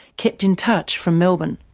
kept in touch from melbourne.